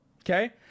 okay